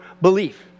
belief